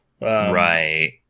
Right